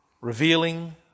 revealing